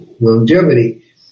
longevity